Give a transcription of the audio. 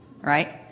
right